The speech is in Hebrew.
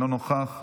אינו נוכח,